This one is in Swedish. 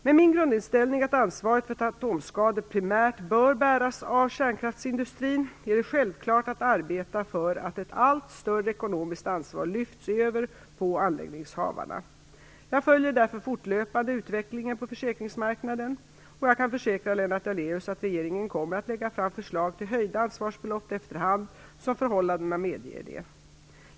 Med min grundinställning, att ansvaret för atomskador primärt bör bäras av kärnkraftsindustrin, är det självklart att arbeta för att ett allt större ekonomiskt ansvar lyfts över på anläggningshavarna. Jag följer därför fortlöpande utvecklingen på försäkringsmarknaden, och jag kan försäkra Lennart Daléus att regeringen kommer att lägga fram förslag till höjda ansvarsbelopp efter hand som förhållandena medger det.